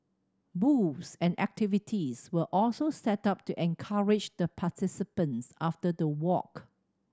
booths and activities were also set up to encourage the participants after the walk